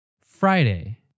Friday